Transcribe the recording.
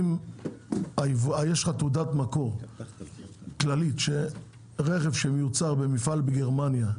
שאם יש לך תעודת מקור כללית של רכב שמיוצר במפעל בגרמניה,